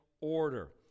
order